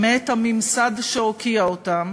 מאת הממסד, שהוקיע אותם